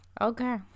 Okay